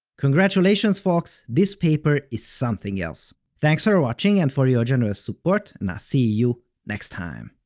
congratulations folks, this paper is something else. thanks for watching and for your generous support, and i'll see you next time!